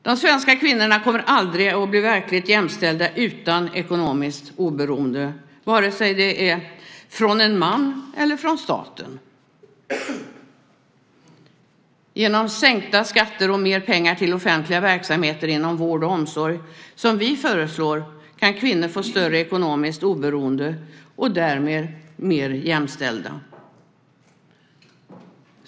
De svenska kvinnorna kommer aldrig att bli verkligt jämställda utan ekonomiskt oberoende, vare sig det är från en man eller från staten. Genom sänkta skatter och mer pengar till offentliga verksamheter inom vård och omsorg, som vi föreslår, kan kvinnor få större ekonomiskt oberoende och därmed bli mer jämställda.